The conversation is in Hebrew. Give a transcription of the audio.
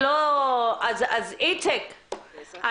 איציק,